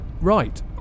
right